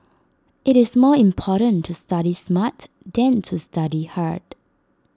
IT is more important to study smart than to study hard